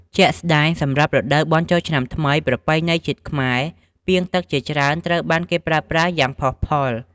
ជាក់ស្ដែង សម្រាប់រដូវបុណ្យចូលឆ្នាំថ្មីប្រពៃណីជាតិខ្មែរ ពាងទឹកជាច្រើនត្រូវបានគេប្រើប្រាស់យ៉ាងផុសផុល។